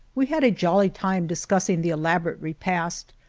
we had a jolly time discussing the elabo rate repast,